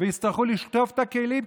הם יצטרכו לשטוף את הכלים,